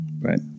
right